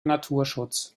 naturschutz